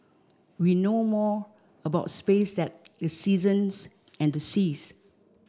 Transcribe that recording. we know more about space than the seasons and the seas